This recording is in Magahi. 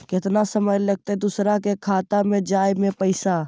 केतना समय लगतैय दुसर के खाता में जाय में पैसा?